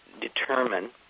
determine